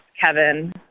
Kevin